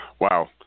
Wow